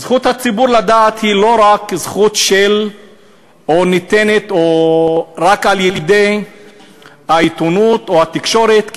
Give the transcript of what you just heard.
זכות הציבור לדעת היא לא רק זכות שניתנת רק על-ידי העיתונות או התקשורת,